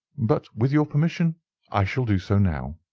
but with your permission i shall do so now.